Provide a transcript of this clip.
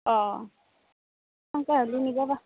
অঁ সেনকে হ'লিও নিব পা